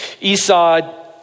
Esau